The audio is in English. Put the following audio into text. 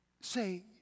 say